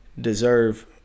deserve